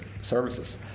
services